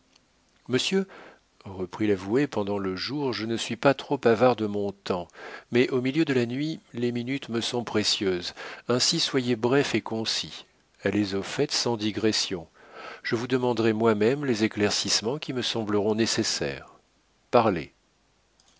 monsieur reprit l'avoué pendant le jour je ne suis pas trop avare de mon temps mais au milieu de la nuit les minutes me sont précieuses ainsi soyez bref et concis allez au fait sans digression je vous demanderai moi-même les éclaircissements qui me sembleront nécessaires parlez